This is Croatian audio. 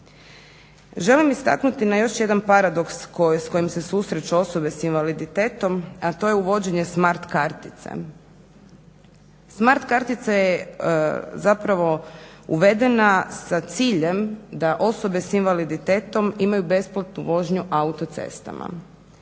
Želim istaknuti na još jedan paradoks s kojim se susreću osobe s invaliditetom, a to je uvođenje smart kartice. Smart kartica je zapravo uvedena sa ciljem da osobe s invaliditetom imaju besplatnu vožnju autocestama.